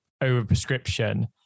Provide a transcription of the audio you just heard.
over-prescription